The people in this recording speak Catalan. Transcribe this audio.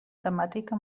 temàtica